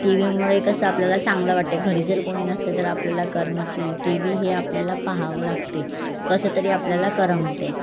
T व्हीमुळे कसं आपल्याला चांगलं वाटते घरी जर कोणी नसले तर आपल्याला करमत नाही टी व्ही हे आपल्याला पहावं लागते कसं तरी आपल्याला करमते